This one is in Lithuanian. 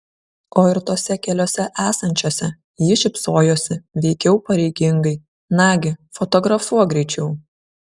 o ir tose keliose esančiose ji šypsojosi veikiau pareigingai nagi fotografuok greičiau